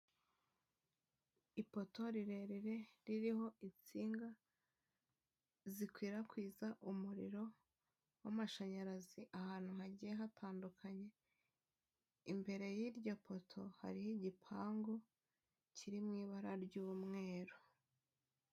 Ipoto rirerire ririho insinga zikwirakwiza umuriro w'amashanyarazi ahantu hagiye hatandukanye imbere y'iryo poto hari igipangu kiri mu ibara ry'umweru.